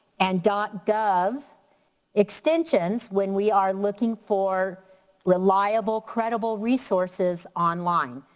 and gov extensions when we are looking for reliable, credible resources online.